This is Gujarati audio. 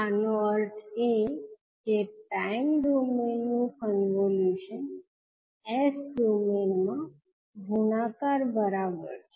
આનો અર્થ એ કે ટાઇમ ડોમેઇન નું કોન્વોલ્યુશન S ડોમેઇન માં ગુણાકાર બરાબર છે